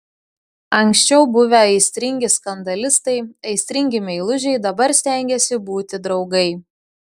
anksčiau buvę aistringi skandalistai aistringi meilužiai dabar stengėsi būti draugai